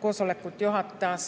Koosolekut juhatas